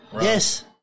yes